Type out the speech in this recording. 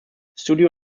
studio